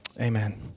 Amen